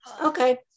okay